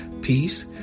peace